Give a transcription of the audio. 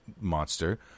monster